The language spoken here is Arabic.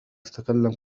تتكلم